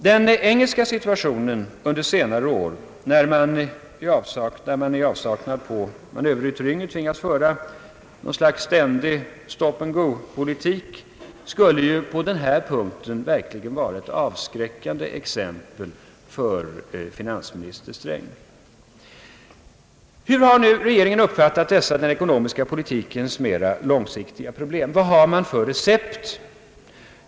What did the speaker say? Den engelska situationen under senare år, när man i avsaknad av manöverutrymme tvingats föra något slags stop and go-politik, borde på den här punkten verkligen vara ett avskräckande exempel för finansminister Sträng. Hur har nu regeringen uppfattat dessa den ekonomiska politikens mera långsiktiga problem? Vad har man för recept?